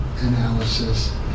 analysis